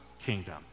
kingdom